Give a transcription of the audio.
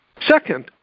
Second